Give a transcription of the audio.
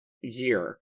year